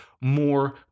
more